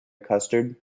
custard